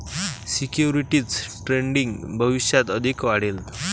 securities trading भविष्यात अधिक वाढेल